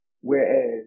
Whereas